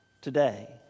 today